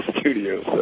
studio